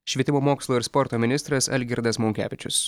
švietimo mokslo ir sporto ministras algirdas monkevičius